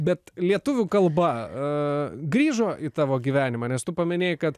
bet lietuvių kalba grįžo į tavo gyvenimą nes tu paminėjai kad